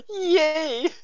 Yay